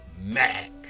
Mac